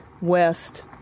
west